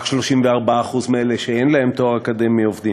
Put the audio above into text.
רק 34% מאלה שאין להם תואר אקדמי עובדים.